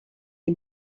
you